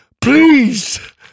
Please